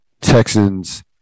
Texans